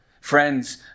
Friends